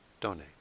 donate